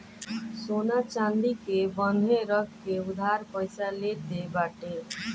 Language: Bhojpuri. सोना चांदी के बान्हे रख के उधार पईसा लेत बाटे